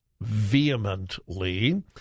vehemently